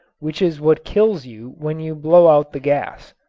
which is what kills you when you blow out the gas.